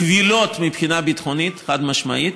קבילות מבחינה ביטחונית, חד-משמעית.